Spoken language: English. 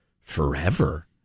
forever